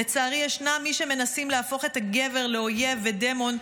לצערי יש מי שמנסים להפוך את הגבר לאויב ודמון,